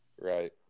Right